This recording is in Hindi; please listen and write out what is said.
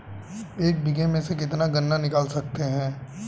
एक बीघे में से कितना गन्ना निकाल सकते हैं?